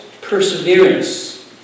perseverance